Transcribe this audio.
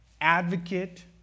advocate